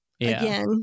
again